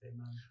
Amen